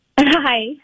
Hi